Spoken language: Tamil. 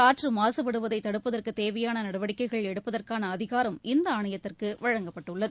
காற்றுமாசுபடுவதைதடுப்பதற்குதேவையானநடவடிக்கைகள் எடுப்பதற்கானஅதிகாரம் இந்த ஆணையத்திற்குவழங்கப்பட்டுள்ளது